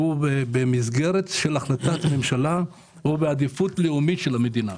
ובמסגרת של החלטת ממשלה הוא בעדיפות לאומית של המדינה.